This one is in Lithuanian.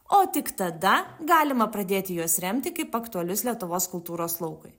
o tik tada galima pradėti juos remti kaip aktualius lietuvos kultūros laukui